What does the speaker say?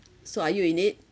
so are you in it